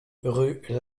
rue